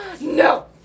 no